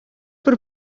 пӗр